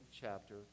chapter